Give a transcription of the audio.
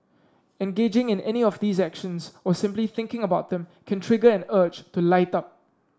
engaging in any of these actions or simply thinking about them can trigger an urge to light up